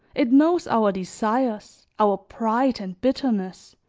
it knows our desires, our pride and bitterness,